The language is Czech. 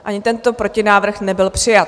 Ani tento protinávrh nebyl přijat.